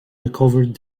recovered